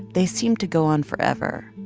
they seemed to go on forever,